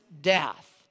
death